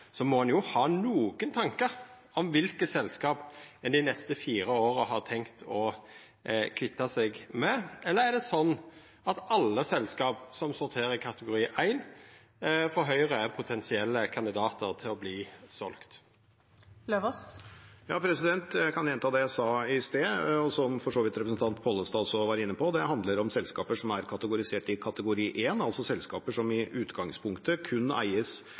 tankar om kva for selskap ein dei neste fire åra har tenkt å kvitta seg med. Eller er det slik at alle selskap som sorterer i kategori 1, for Høgre er potensielle kandidatar til å verta selde? Jeg kan gjenta det jeg sa i sted, og som for så vidt representanten Pollestad også var inne på: Det handler om selskaper som er kategorisert i kategori 1, altså selskaper som i utgangspunktet kun